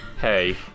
Hey